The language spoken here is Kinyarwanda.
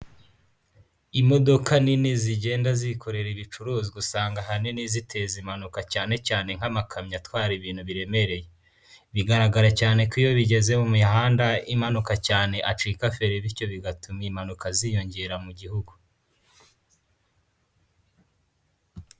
Imodoka nini zigenda zikorera ibicuruzwa usanga ahanini ziteza impanuka cyane cyane nk'amakamyo atwara ibintu biremereye, bigaragara cyane ko iyo bigeze mu mihanda imanuka cyane acika feri bityo bigatuma impanuka ziyongera mu gihugu.